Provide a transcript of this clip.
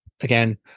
again